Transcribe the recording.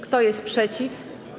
Kto jest przeciw?